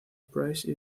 price